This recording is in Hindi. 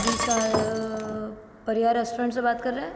जी सर परिवार रेस्टॉरेंट से बात कर रहे हैं